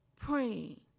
praying